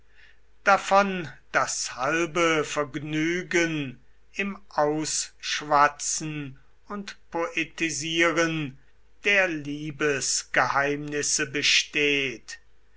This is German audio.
davon das halbe vergnügen im ausschwatzen und poetisieren der liebesgeheimnisse besteht